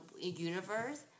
universe